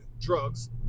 drugs